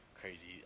crazy